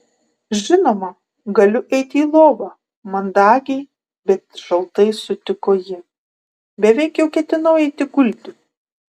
žinoma galiu eiti į lovą mandagiai bet šaltai sutiko ji beveik jau ketinau eiti gulti